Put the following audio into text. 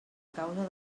causa